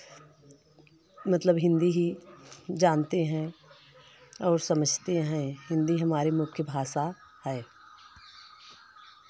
मतलब हिंदी ही जानते हैं और समझते हैं हिंदी हमारी मुख्य भाषा है